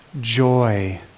joy